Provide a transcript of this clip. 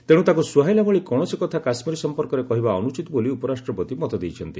ତେଣୁ ତାକୁ ସୁହାଇଲା ଭଳି କୌଣସି କଥା କାଶ୍ମୀର ସମ୍ପର୍କରେ କହିବା ଅନୁଚିତ ବୋଲି ଉପରାଷ୍ଟ୍ରପତି ମତ ଦେଇଛନ୍ତି